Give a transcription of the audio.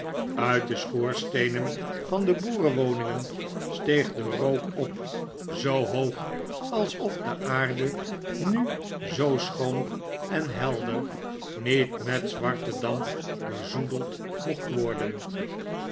uit de schoorsteenen van de boerenwoningen steeg de rook op zoo hoog alsof de aarde nu zoo schoon en helder niet met zwarten damp bezoedeld mocht worden